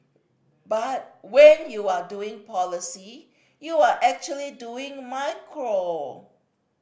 but when you are doing policy you're actually doing macro